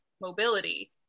mobility